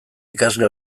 ikasle